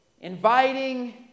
inviting